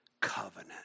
covenant